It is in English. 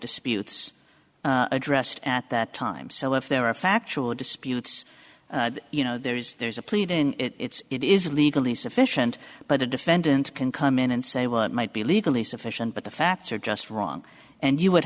disputes addressed at that time so if there are factual disputes you know there is there's a pleading it's it is legally sufficient but a defendant can come in and say well it might be legally sufficient but the facts are just wrong and you would